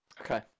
Okay